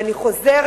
ואני חוזרת,